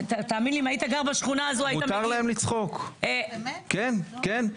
מותר להם לצחוק כן כן,